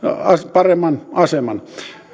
paremman aseman